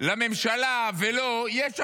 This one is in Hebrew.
לממשלה ולו יש אחריות.